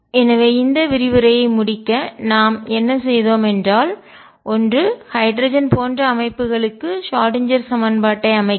எனவே இந்த விரிவுரையை முடிக்க நாம் என்ன செய்தோம் என்றால் ஒன்று ஹைட்ரஜன் போன்ற அமைப்புகளுக்கு ஷ்ராடின்ஜெர் சமன்பாட்டை அமைக்கவும்